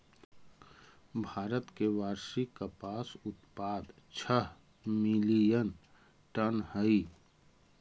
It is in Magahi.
भारत के वार्षिक कपास उत्पाद छः मिलियन टन हई